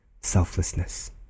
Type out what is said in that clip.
selflessness